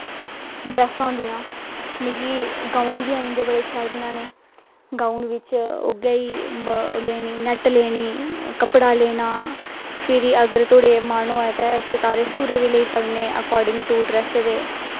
ड्रासां होंदियां मिगी गाउन बी आई जंदे बड़े शैल बनाने इ'यां गाउन बिच्च उ'ऐ नैट लैनी कपड़ा लैना फिरी अगर तुआढ़े मन होऐ तां सतारे सतूरे बी लेई सकने अकार्डिंग टू ड्रैस दे